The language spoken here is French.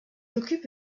occupe